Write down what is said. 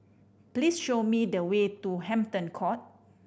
please show me the way to Hampton Court